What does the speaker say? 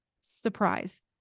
Surprise